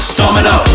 domino